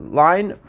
line